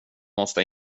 måste